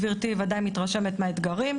גברתי בוודאי מתרשמת מהאתגרים,